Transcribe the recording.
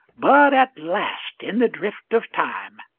but at last, in the drift of time,